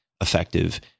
effective